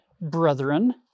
brethren